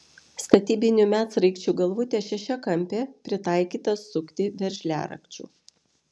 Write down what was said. statybinių medsraigčių galvutė šešiakampė pritaikyta sukti veržliarakčiu